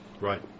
Right